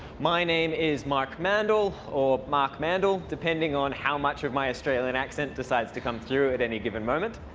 my name is mark mandel, or mark mandel, depending on how much of my australian accent decides to come through at any given moment.